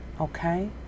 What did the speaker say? okay